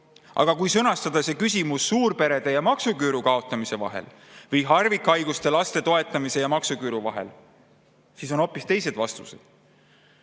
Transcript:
Aga kui sõnastada see küsimus suurperede ja maksuküüru kaotamise vahel või harvikhaigustega laste toetamise ja maksuküüru vahel, siis on hoopis teised vastused.